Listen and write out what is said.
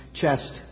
chest